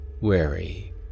Wary